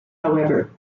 however